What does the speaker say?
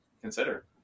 consider